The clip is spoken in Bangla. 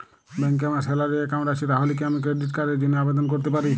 ব্যাংকে আমার স্যালারি অ্যাকাউন্ট আছে তাহলে কি আমি ক্রেডিট কার্ড র জন্য আবেদন করতে পারি?